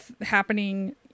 happening